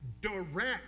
direct